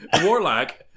Warlock